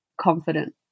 confident